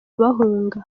bahunga